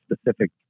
specific